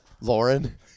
Lauren